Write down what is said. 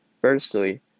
Firstly